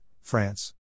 France